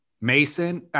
Mason